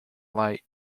light